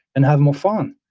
and have more fun.